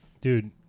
Dude